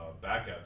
backup